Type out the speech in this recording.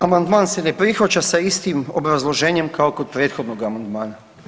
Amandman se ne prihvaća sa istim obrazloženjem kao i kod prethodnog amandmana.